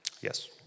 Yes